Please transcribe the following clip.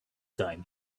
time